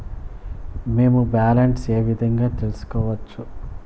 మేము బ్యాలెన్స్ ఏ విధంగా తెలుసుకోవచ్చు?